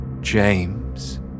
James